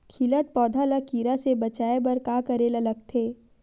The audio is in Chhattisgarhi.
खिलत पौधा ल कीरा से बचाय बर का करेला लगथे?